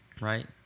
Right